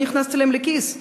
לא נכנס אליהם לכיס.